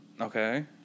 Okay